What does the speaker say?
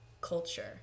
culture